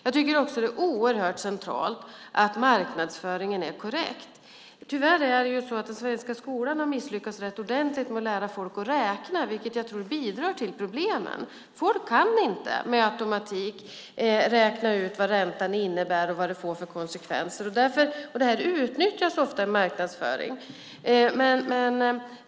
Jag tycker också att det är oerhört centralt att marknadsföringen är korrekt. Tyvärr har den svenska skolan misslyckats rätt ordentligt med att lära folk att räkna, vilket jag tror bidrar till problemen. Folk kan inte med automatik räkna ut vad räntan innebär och vad det får för konsekvenser. Det utnyttjas ofta i marknadsföringen.